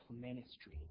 ministry